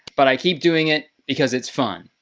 but i keep doing it because it's fun.